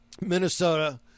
Minnesota